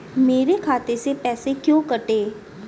मेरे खाते से पैसे क्यों कटे?